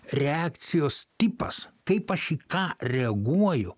reakcijos tipas kaip aš į ką reaguoju